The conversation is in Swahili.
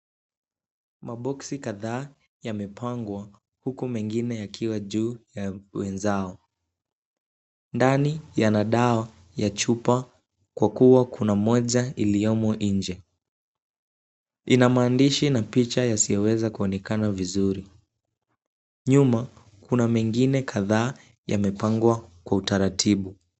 Maboksi kadhaa yamepangwa huku mengine yakiwa juu ya wenzao. Ndani yana dawa ya chupa kwa kuwa kuna moja iliyomo nje. Ina maandishi na picha yasiyoweza kuonekana vizuri. Nyuma kuna mengine kadhaa yamepangwa kwa utaratibu.